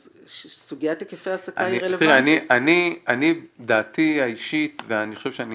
אז שסוגיית היקפי ההעסקה --- דעתי האישית ואני חושב ש,